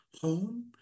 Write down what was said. home